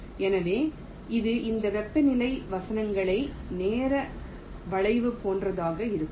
எனவே இது இந்த வெப்பநிலை வசனங்கள் நேர வளைவு போன்றதாக இருக்கும்